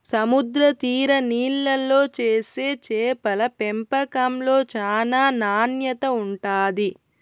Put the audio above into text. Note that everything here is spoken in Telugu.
సముద్ర తీర నీళ్ళల్లో చేసే చేపల పెంపకంలో చానా నాణ్యత ఉంటాది